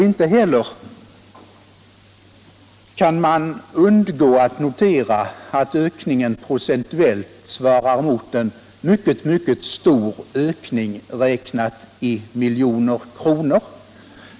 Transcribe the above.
Inte heller kan man undgå att notera att den stora procentuella ökningen svarar mot en mycket stor ökning räknat i miljoner kronor.